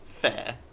Fair